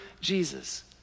Jesus